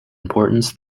importance